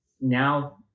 now